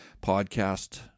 podcast